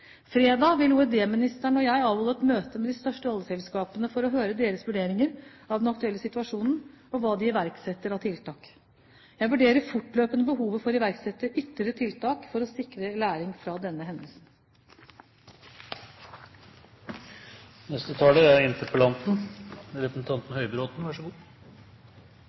Fredag vil olje- og energiministeren og jeg avholde et møte med de største oljeselskapene for å høre deres vurderinger av den aktuelle situasjonen og hva de iverksetter av tiltak. Jeg vurderer fortløpende behovet for å iverksette ytterligere tiltak for å sikre læring fra denne hendelsen.